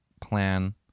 plan